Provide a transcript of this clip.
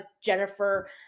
Jennifer